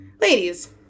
Ladies